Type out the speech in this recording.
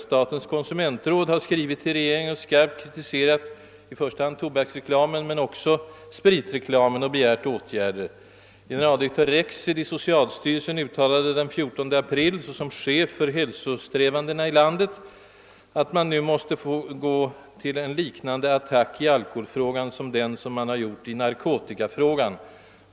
Statens konsumentråd har skrivit till regeringen och skarpt kritiserat i första hand tobaksreklamen men också spritreklamen och begärt att åtgärder skulle vidtagas. Generaldirektör Rexed i socialstyrelsen uttalade den 14 april som chef för hälsosträvandena i landet att man nu måste gå till en liknande attack i alkoholfrågan som man gjort i narkotikafrågan.